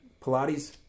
Pilates